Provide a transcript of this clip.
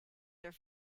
their